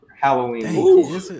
Halloween